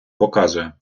показує